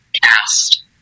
Cast